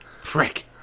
Frick